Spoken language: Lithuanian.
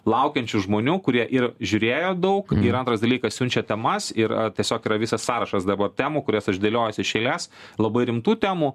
laukiančių žmonių kurie ir žiūrėjo daug ir antras dalykas siunčia temas ir a tiesiog yra visas sąrašas dabar temų kurias aš dėliojuosi iš eilės labai rimtų temų